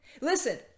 Listen